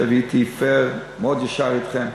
שהייתי פייר, מאוד ישר אתכם.